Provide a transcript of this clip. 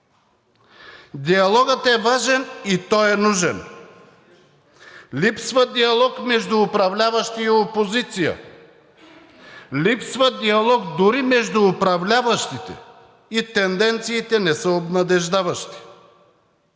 Диалогът е важен и той е нужен. Липсва диалог между управляващи и опозиция. Липсва диалог дори между управляващите и тенденциите не са обнадеждаващи.